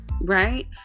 right